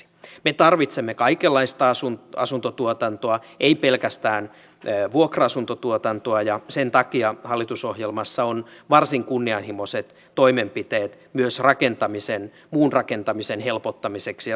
me tarvitsemme kaikenlaista asuntotuotantoa emme pelkästään vuokra asuntotuotantoa ja sen takia hallitusohjelmassa on varsin kunnianhimoiset toimenpiteet myös muun rakentamisen helpottamiseksi ja sujuvoittamiseksi